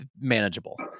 manageable